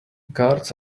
guards